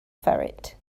ferret